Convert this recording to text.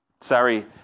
Sorry